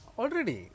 already